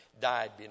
died